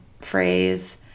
phrase